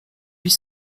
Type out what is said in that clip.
huit